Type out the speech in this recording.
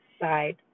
side